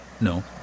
No